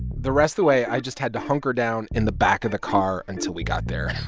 the rest the way, i just had to hunker down in the back of the car until we got there.